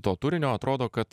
to turinio atrodo kad